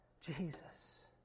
Jesus